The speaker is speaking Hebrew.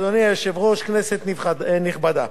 אדוני היושב-ראש, כנסת נכבדה,